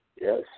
Yes